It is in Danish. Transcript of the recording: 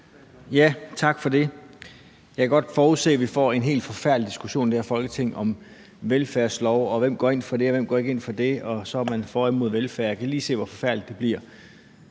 Tak for det. Jeg kan godt forudse, at vi får en helt forfærdelig diskussion i det her Folketing om velfærdslov, og hvem der går ind for det, og hvem der ikke går ind for det, og så er man for eller imod velfærd. Jeg kan lige se, hvor forfærdeligt det bliver.